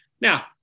Now